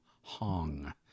Hong